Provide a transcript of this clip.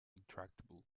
intractable